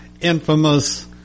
infamous